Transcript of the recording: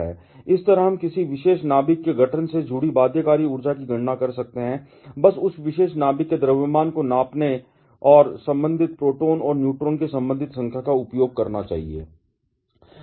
इस तरह हम किसी विशेष नाभिक के गठन से जुड़ी बाध्यकारी ऊर्जा की गणना कर सकते हैं बस उस विशेष नाभिक के द्रव्यमान को मापने और संबंधित प्रोटॉन और न्यूट्रॉन की संबंधित संख्या का उपयोग करके